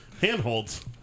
handholds